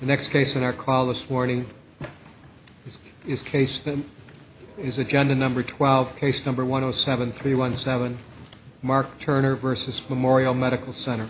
next case in our call this morning this is case is agenda number twelve case number one zero seven three one seven mark turner versus memorial medical center